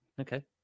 Okay